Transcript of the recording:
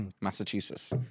Massachusetts